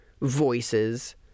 voices